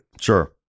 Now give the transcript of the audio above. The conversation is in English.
sure